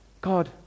God